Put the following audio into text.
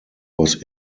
was